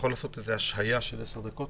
את הישיבה.